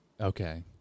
Okay